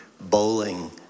bowling